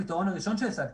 הפתרון הראשון שהצעתי.